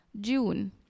June